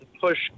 push